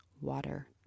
water